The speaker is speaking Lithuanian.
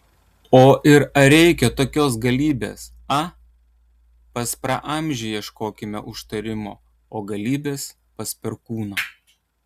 o ir ar reikia tokios galybės a pas praamžį ieškokime užtarimo o galybės pas perkūną